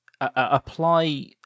apply